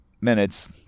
minutes